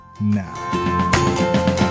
now